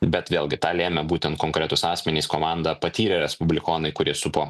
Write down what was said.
bet vėlgi tą lėmė būtent konkretūs asmenys komanda patyrę respublikonai kurie supo